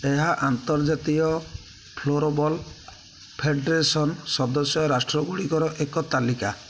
ଏହା ଆନ୍ତର୍ଜାତୀୟ floorball federation ସଦସ୍ୟ ରାଷ୍ଟ୍ରଗୁଡ଼ିକର ଏକ ତାଲିକା